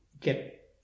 get